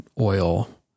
oil